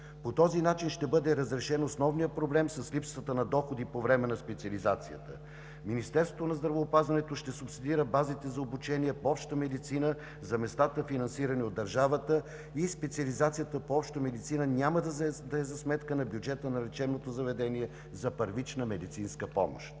По този начин ще бъде разрешен основният проблем с липсата на доходи по време на специализацията. Министерството на здравеопазването ще субсидира базите за обучение по обща медицина за местата, финансирани от държавата, и специализацията по обща медицина няма да е за сметка на бюджета на лечебното заведение за първична медицинска помощ.